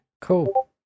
cool